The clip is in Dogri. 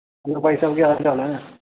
नरेश भाई साह्ब केह् हाल चाल ऐ